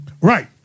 Right